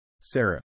Sarah